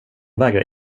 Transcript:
vägrar